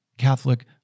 Catholic